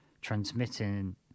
transmitting